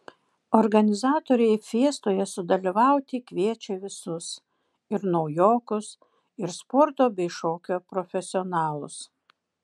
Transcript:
organizatoriai fiestoje sudalyvauti kviečia visus ir naujokus ir sporto bei šokio profesionalus